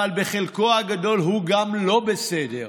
אבל בחלקו הגדול הוא גם לא בסדר,